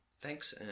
Thanks